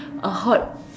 a hot